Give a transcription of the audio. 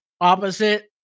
opposite